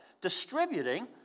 distributing